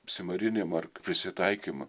apsimarinimą ar prisitaikymą